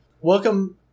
Welcome